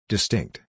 Distinct